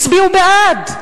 הצביעו בעד.